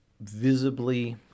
visibly